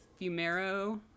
Fumero